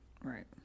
right